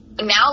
now